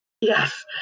Yes